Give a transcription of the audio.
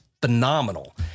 phenomenal